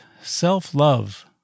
self-love